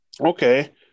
Okay